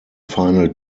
final